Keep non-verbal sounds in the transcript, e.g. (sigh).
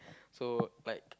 (breath) so like